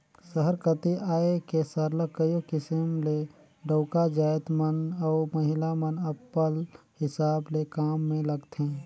सहर कती आए के सरलग कइयो किसिम ले डउका जाएत मन अउ महिला मन अपल हिसाब ले काम में लगथें